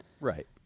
Right